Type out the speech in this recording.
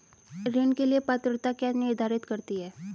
ऋण के लिए पात्रता क्या निर्धारित करती है?